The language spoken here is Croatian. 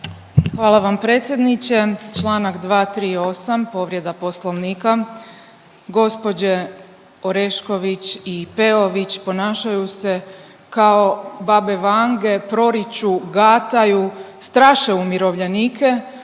Hvala vam predsjedniče. Članak 238., povrijeda Poslovnika gospođe Orešković i Peović. Ponašaju se kao babe Vange, proriču, gataju, straše umirovljenike